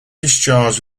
discharged